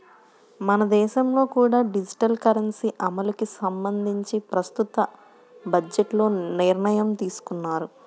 మన దేశంలో కూడా డిజిటల్ కరెన్సీ అమలుకి సంబంధించి ప్రస్తుత బడ్జెట్లో నిర్ణయం తీసుకున్నారు